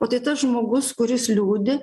o tai tas žmogus kuris liūdi